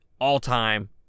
All-time